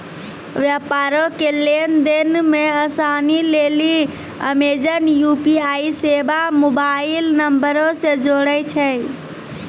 व्यापारो के लेन देन मे असानी लेली अमेजन यू.पी.आई सेबा मोबाइल नंबरो से जोड़ै छै